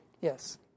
Yes